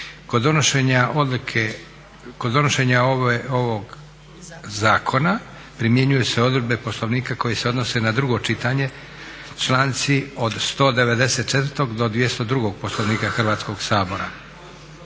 Kod donošenja ovog zakona primjenjuju se odredbe Poslovnika koje se odnose na drugo čitanje, članci od 194. do 202. Poslovnika Hrvatskog sabora.